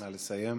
נא לסיים.